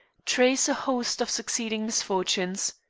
trace a host of succeeding misfortunes.